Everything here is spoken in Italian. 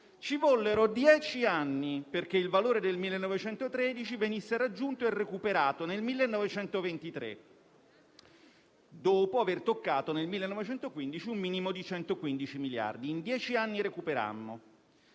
Ci vollero dieci anni perché il valore del 1913 venisse raggiunto e recuperato nel 1923, dopo aver toccato nel 1915 un minimo di 115 miliardi. In dieci anni recuperammo.